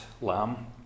lamb